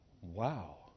Wow